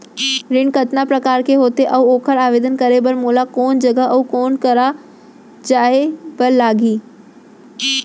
ऋण कतका प्रकार के होथे अऊ ओखर आवेदन करे बर मोला कोन जगह अऊ कोन करा जाए बर लागही?